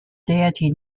deity